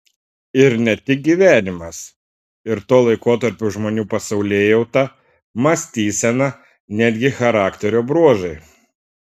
ir ne tik gyvenimas ir to laikotarpio žmonių pasaulėjauta mąstysena netgi charakterio bruožai